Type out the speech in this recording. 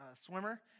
swimmer